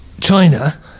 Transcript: China